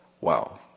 Wow